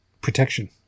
protection